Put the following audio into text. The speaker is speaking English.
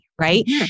right